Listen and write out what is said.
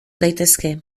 daitezke